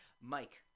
Mike